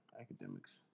Academics